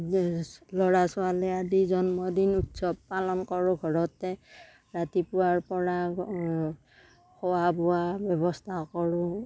ল'ৰা ছোৱালী আদিৰ জন্মদিন উৎসৱ পালন কৰোঁ ঘৰতে ৰাতিপুৱাৰ পৰা খোৱা বোৱাৰ ব্যৱস্থা কৰোঁ